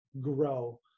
grow